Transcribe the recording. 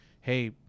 hey